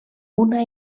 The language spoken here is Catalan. una